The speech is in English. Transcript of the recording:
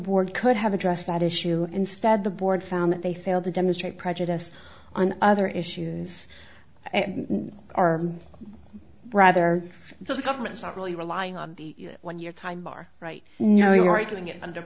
board could have addressed that issue instead the board found that they failed to demonstrate prejudice on other issues are rather the government is not really relying on the when your time are right now we were doing it under